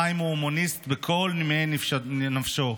חיים הוא הומניסט בכל נימי נפשו,